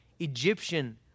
Egyptian